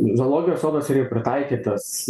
zoologijos sodas yra pritaikytas